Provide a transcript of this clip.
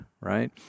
right